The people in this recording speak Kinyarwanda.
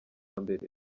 mbere